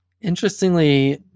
interestingly